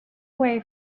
way